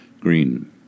Green